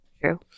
True